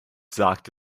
sagt